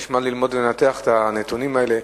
יש מה ללמוד ולנתח את הנתונים האלה.